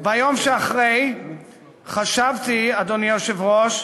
ביום שאחרי חשבתי, אדוני היושב-ראש,